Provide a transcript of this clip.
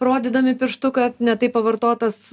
rodydami pirštu kad ne taip pavartotas